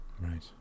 Right